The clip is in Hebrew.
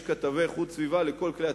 יש כתבי איכות סביבה לכל כלי התקשורת,